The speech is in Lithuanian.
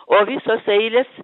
o visos eilės